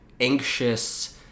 anxious